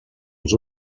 als